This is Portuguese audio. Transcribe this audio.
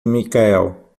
michael